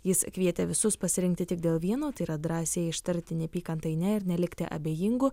jis kvietė visus pasirinkti tik dėl vieno tai yra drąsiai ištarti neapykantai ne ir nelikti abejingu